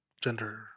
gender